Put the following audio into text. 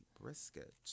brisket